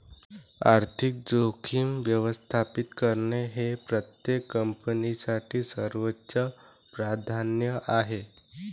आर्थिक जोखीम व्यवस्थापित करणे हे प्रत्येक कंपनीसाठी सर्वोच्च प्राधान्य आहे